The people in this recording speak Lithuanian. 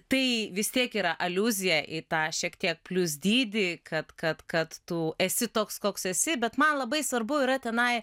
tai vis tiek yra aliuzija į tą šiek tiek plius dydį kad kad kad tu esi toks koks esi bet man labai svarbu yra tenai